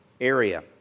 area